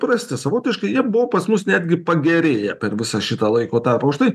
prasti savotiškai jie buvo pas mus netgi pagerėję per visą šitą laiko tarpą už tai